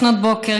לפנות בוקר,